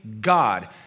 God